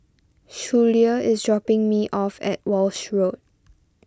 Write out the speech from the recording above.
Schuyler is dropping me off at Walshe Road